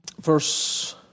Verse